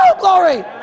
Glory